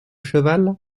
cheval